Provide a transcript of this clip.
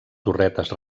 torretes